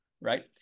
right